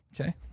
Okay